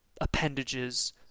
appendages